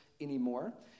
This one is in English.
anymore